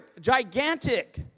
gigantic